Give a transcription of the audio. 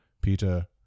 Peter